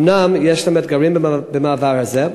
אומנם יש גם אתגרים במעבר הזה,